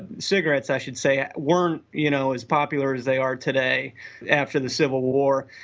cigarettes i should say weren't you know as popular as they are today after the civil war,